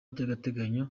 by’agateganyo